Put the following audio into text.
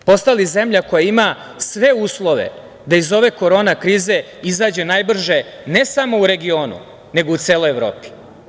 Postali zemlja koja ima sve uslove da iz ove korona krize izađe najbrže ne samo u regionu, nego i u celoj Evropi.